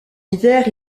hiver